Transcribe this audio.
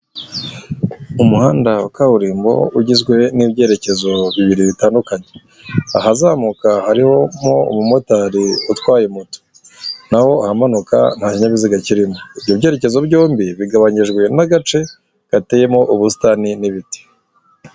Umuhanda wa kaburimbo ugizwe n'ibyerekezo bibiri bitandukanye, ahazamuka harimo umumotari utwaye moto, naho ahamanuka nta kinyabiziga kirimo. Ibyo byerekezo byombi bigabanyijwe n'agace gateyemo ubusitani n'ibiti.